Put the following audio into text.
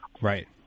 Right